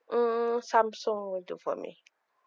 hmm Samsung will do for me